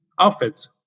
outfits